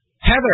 Heather